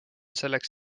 selleks